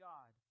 God